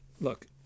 look